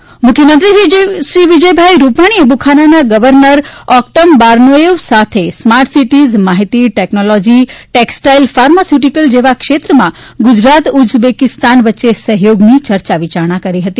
નિકીતા નવીન મુખ્યમંત્રી મુખ્યમંત્રીશ્રી વિજય રૂપાણીએ બુખારાના ગવર્નર ઓકટમ બારનોયેવ સાથે સ્માર્ટ સિટીઝ માહીતી ટેકનોલોજી ટેક્ષટાઇલ ફાર્માસ્યુટિકલ જેવા ક્ષેત્રમાં ગુજરાત ઉઝબેકિસ્તાન વચ્ચે સહયોગની ચર્ચા વિચારણા કરી હતી